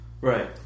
Right